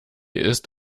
ist